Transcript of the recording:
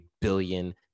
billion